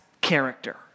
character